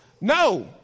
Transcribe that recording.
No